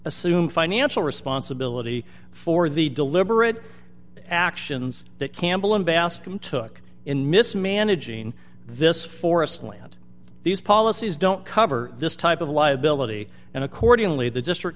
assume financial responsibility for the deliberate actions that campbell and bascomb took in mismanaging this forest land these policies don't cover this type of liability and accordingly the district